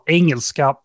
engelska